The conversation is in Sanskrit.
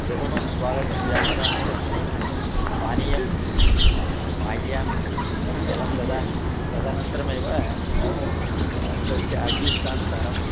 प्रथमं स्वागतं व्याहरामि तस्मै पानीयं पाययामि जलं ददामि तदनन्तरमेव तस्य अभीष्टानुसारं